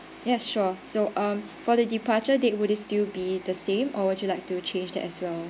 yes sure so um for the departure date would it still be the same or would you like to change that as well